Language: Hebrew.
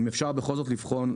אם אפשר בכל זאת לבחון.